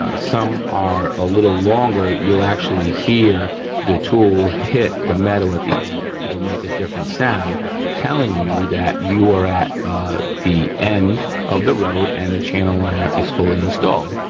ah some are a little longer, you'll actually hear the tool hit the metal at the end it'll make a different sound telling you that you are at the end of the road and the channel liner is fully installed.